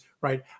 right